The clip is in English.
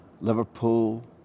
Liverpool